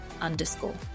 underscore